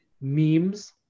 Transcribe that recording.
memes